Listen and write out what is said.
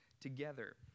together